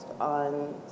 on